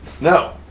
No